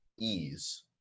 ease